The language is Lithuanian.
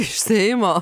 iš seimo